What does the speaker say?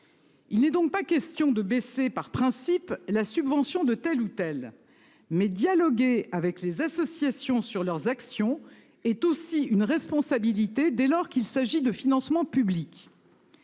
Il n'est donc pas question de baisser par principe la subvention de telle ou telle association. Mais dialoguer avec ces structures sur leurs actions est aussi une responsabilité, dès lors qu'il s'agit de financement public.